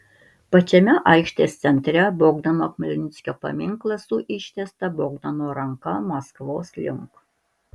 pačiame aikštės centre bogdano chmelnickio paminklas su ištiesta bogdano ranka maskvos link